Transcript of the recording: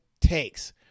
takes